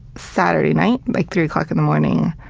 saturday night, like, three o'clock in the morning,